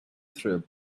through